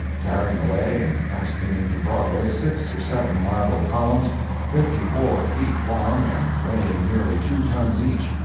carrying away and casting into broadway six or seven marble columns fifty-four feet long and weighing nearly two tons each.